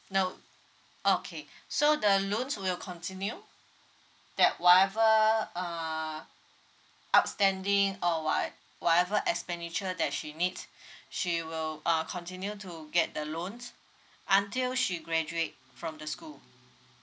nope okay so the loans will continue that whatever uh outstanding or what~ whatever expenditure that she needs she will uh continue to get the loans until she graduate from the school